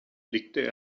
blickte